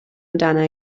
amdana